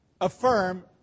Affirm